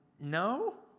no